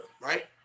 right